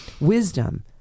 wisdom